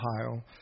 Ohio